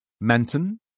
Manton